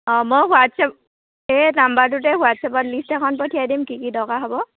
অঁ মই হোৱাটছএপ এই নাম্বাৰটোতে হোৱাটছএপত লিষ্ট এখন পঠিয়াই দিম কি দৰকাৰ হ'ব